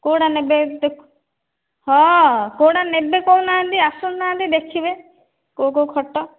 କେଉଁଟା ନେବେ ଦେଖ ହଁ କେଉଁଟା ନେବେ କହୁନାହାନ୍ତି ଆସୁନାହାନ୍ତି ଦେଖିବେ କେଉଁ କେଉଁ ଖଟ